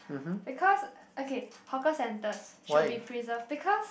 because okay hawker centers should be preserved because